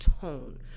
tone